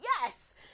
yes